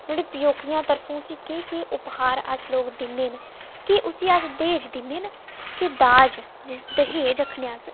नुहाड़े प्योकियें तरफों उसी केह् केह् उपहार अस लोक दिन्ने न केह् उसी अस दाज दिन्ने न कि दाज जिसी दहेज आखने आं अस